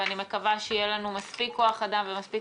אני מקווה שיהיה לנו מספיק כוח אדם ומספיק